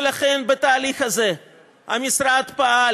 ולכן, בתהליך הזה המשרד פעל